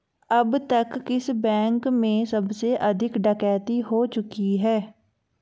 अब तक किस बैंक में सबसे अधिक डकैती हो चुकी है?